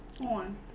On